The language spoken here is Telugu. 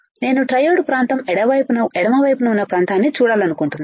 నేను ట్రయోడ్ ప్రాంతం ఎడమ వైపున ఉన్న ప్రాంతాన్ని చూడాలను కుంటున్నాను